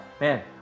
man